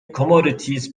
commodities